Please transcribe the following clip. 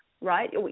right